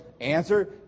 Answer